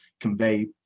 convey